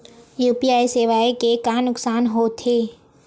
UPI सेवाएं के का नुकसान हो थे?